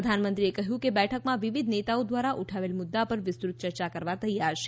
પ્રધાનમંત્રીએ કહ્યું કે બેઠકમાં વિવિધ નેતાઓ દ્વારા ઉઠાવેલ મુદ્દા પર વિસ્તૃત ચર્ચા કરવા તૈયાર છે